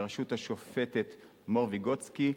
בראשות השופטת מור ויגוצקי,